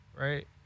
right